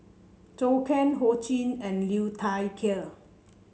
Zhou Can Ho Ching and Liu Thai Ker